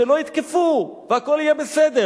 שלא יתקפו, והכול יהיה בסדר.